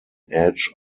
edge